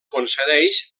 concedeix